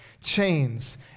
chains